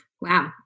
Wow